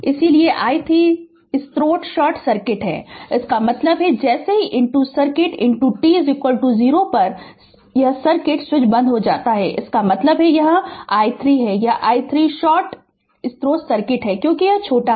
इसलिए कि i3 स्रोत शॉर्ट सर्किट है इसका मतलब है जैसे ही सर्किट जब t 0 पर सर्किट यह स्विच बंद हो जाता है इसका मतलब है यह i3है यह i3स्रोत शॉर्ट सर्किट है क्योंकि यह छोटा है